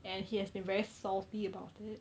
and he has been very salty about it